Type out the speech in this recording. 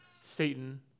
Satan